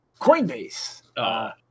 Coinbase